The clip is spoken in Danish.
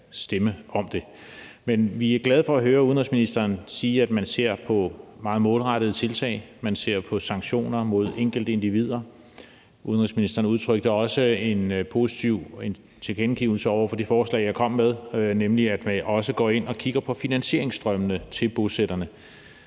vi er glade for at høre udenrigsministeren sige, at man ser på meget målrettede tiltag, at man ser på sanktioner mod enkelte individer. Udenrigsministeren udtrykte også en positiv tilkendegivelse over for det forslag, jeg kom med, nemlig at man også går ind og kigger på finansieringsstrømmene til bosætterne.